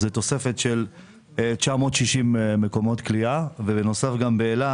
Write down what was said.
זאת תוספת של 960 מקומות כליאה ובנוסף גם באלה.